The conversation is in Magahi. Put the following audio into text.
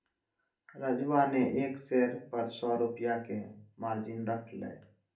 राजूवा ने एक शेयर पर सौ रुपया के मार्जिन रख लय